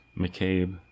McCabe